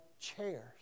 chairs